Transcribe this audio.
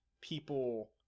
people